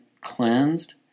cleansed